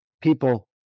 people